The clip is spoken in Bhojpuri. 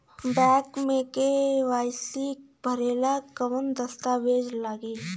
बैक मे के.वाइ.सी भरेला कवन दस्ता वेज लागी?